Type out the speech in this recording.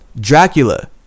Dracula